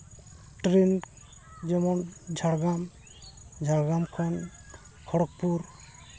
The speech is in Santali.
ᱴᱨᱮ ᱱ ᱡᱮᱢᱚᱱ ᱡᱷᱟᱲᱜᱨᱟᱢ ᱡᱷᱟᱲᱜᱨᱟᱢ ᱠᱷᱚᱱ ᱠᱷᱚᱲᱚᱜᱽᱯᱩᱨ